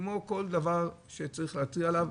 כמו כל דבר שצריך להתריע עליו,